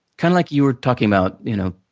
kinda like you were talking about. you know